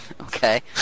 Okay